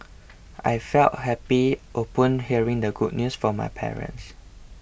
I felt happy upon hearing the good news from my parents